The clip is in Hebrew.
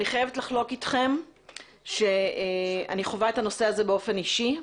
אני חייבת לחלוק אתכם שאני חווה את הנושא הזה באופן אישי.